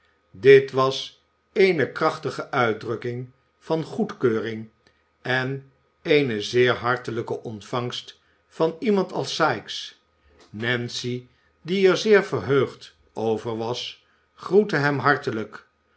dit was eene krachtige uitdrukking van goedkeuring en eene zeer hartelijke ontvangst van iemand als sikes nancy die er zeer verheugd over was groette hem hartelijk